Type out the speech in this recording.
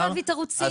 לא להביא תירוצים.